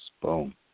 boom